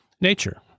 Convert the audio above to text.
Nature